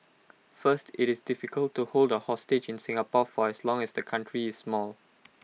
first IT is difficult to hold A hostage in Singapore for as long as the country is small